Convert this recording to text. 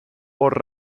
por